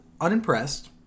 unimpressed